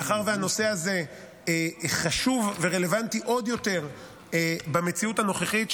מאחר שהנושא הזה חשוב ורלוונטי עוד יותר במציאות הנוכחית,